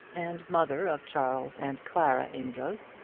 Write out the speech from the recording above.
and mother of charles and clara amedroz,